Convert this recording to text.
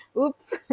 oops